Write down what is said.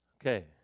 Okay